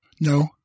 No